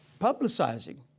publicizing